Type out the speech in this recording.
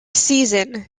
season